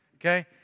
okay